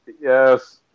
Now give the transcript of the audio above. yes